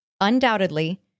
Undoubtedly